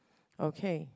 okay